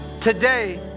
Today